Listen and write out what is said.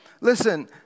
listen